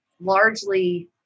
largely